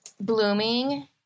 blooming